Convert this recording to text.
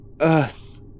earth